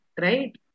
right